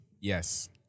yes